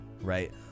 right